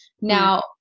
now